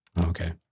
Okay